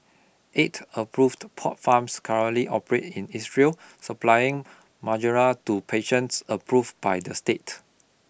eight approved pot farms currently operate in Israel supplying marijuana to patients approved by the state